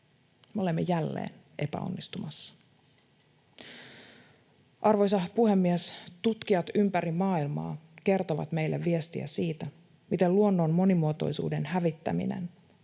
olemme jälleen epäonnistumassa. Arvoisa puhemies! Tutkijat ympäri maailmaa kertovat meille viestiä siitä, miten luonnon monimuotoisuuden hävittäminen